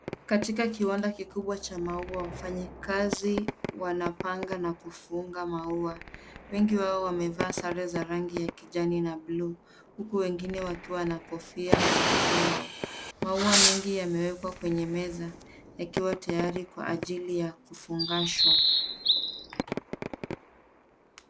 Katika kiwanda kikubwa cha maua, wafanyikazi wanapanga na kufunga maua. Wengi wao wamevaa sare za rangi ya kijani na bluu huku wengine wakiwa na kofia za chungwa. Maua mengi yamewekwa kwenye meza yakiwa tayari kwa ajili ya kufungashwa.